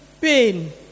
pain